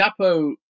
chapo